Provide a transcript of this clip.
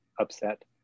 upset